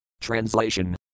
Translation